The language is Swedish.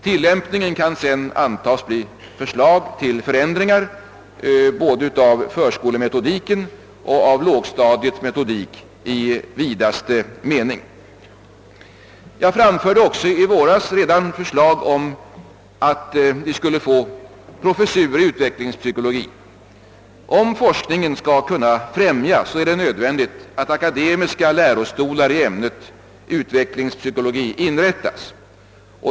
Tillämpningen kan sedan antagas bli förslag till förändringar av både förskolemetodiken och lågstadiets metodik i vidaste mening. Jag framförde redan i våras förslag om inrättande av en professur i utvecklingspsykologi. Om forskningen skall kunna främjas är det nödvändigt att akademiska lärostolar i ämnet utvecklingspsykologi inrättas.